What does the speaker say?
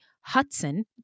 hudson